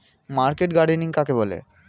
Market gardening কাকে বলে?